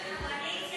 ההסתייגות לחלופין של